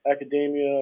academia